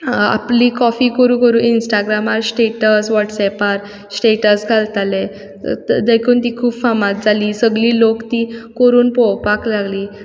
आपली कॉफी कर करून इन्स्टाग्रामार स्टॅटस वॉट्सेपार स्टॅटस घालताले देखून ती खूब फामाद जाली सगळी लोक ती करून पोवपाक लागली